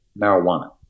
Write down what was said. marijuana